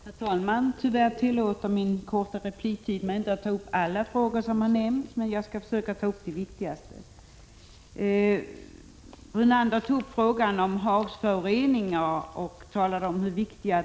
Herr talman! Tyvärr tillåter min korta repliktid mig inte att ta upp alla frågor som har nämnts, men jag skall försöka ta upp de viktigaste. Lennart Brunander framhöll att frågan om havsföroreningarna är mycket viktig.